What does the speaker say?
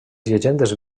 llegendes